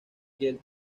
kiel